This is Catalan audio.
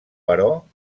però